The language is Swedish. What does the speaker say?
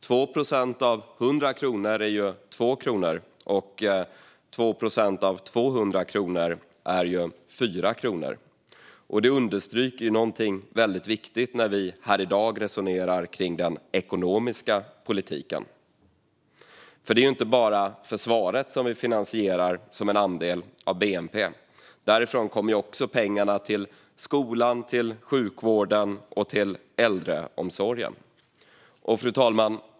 2 procent av 100 kronor är 2 kronor, och 2 procent av 200 kronor är 4 kronor. Det understryker något väldigt viktigt när vi här i dag resonerar kring den ekonomiska politiken, för det är inte bara försvaret som vi finansierar som en andel av bnp. Därifrån kommer också pengarna till skolan, till sjukvården och till äldreomsorgen. Fru talman!